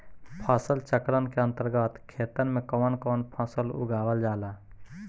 फसल चक्रण के अंतर्गत खेतन में कवन कवन फसल उगावल जाला?